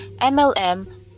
MLM